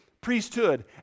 priesthood